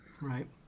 right